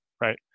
right